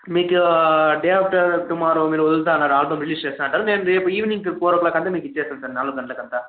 మీకు day after tomorrow మీరు వదులుతా అన్నారు ఆఫ్టర్ రిలీజ్ చేస్తాంటారు నేను రేపు ఈవెనింగ్కి ఫోరో క్లాక్కి అంత మీకు వచ్చేసి ఉంటాను నాలుగు గంటలకి అంతా